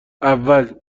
اول